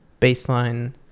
baseline